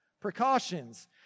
precautions